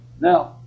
Now